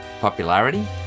popularity